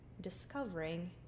discovering